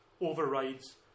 overrides